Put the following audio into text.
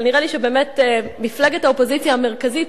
אבל נראה לי שמפלגת האופוזיציה המרכזית